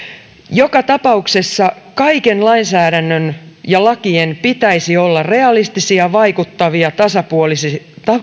joka tapauksessa kaiken lainsäädännön ja lakien pitäisi olla realistisia vaikuttavia tasapuolisia